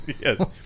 Yes